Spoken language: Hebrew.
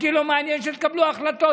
אותי לא מעניין שתקבלו החלטות.